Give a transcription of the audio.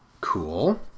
Cool